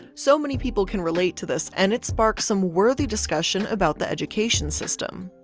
so many people can relate to this and it sparked some worthy discussion, about the education system.